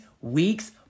weeks